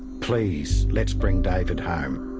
please, let's bring david home.